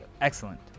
excellent